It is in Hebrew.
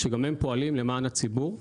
שבאמת פועלים למען הציבור.